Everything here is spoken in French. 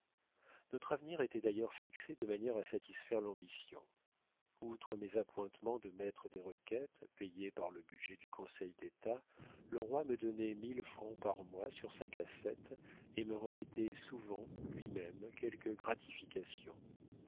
notre avenir était d'ailleurs fixé de manière à satisfaire l'ambition outre mes appointements de maître des requêtes payés par le budget du conseil d'état le roi me donnait mille francs par mois sur sa cassette et me remettait souvent lui-même quelques gratifications